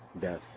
death